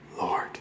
Lord